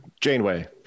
Janeway